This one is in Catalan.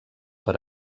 per